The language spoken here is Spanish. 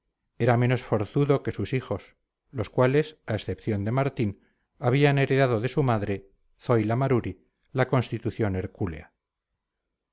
era menos forzudo que sus hijos los cuales a excepción de martín habían heredado de su madre zoila maruri la constitución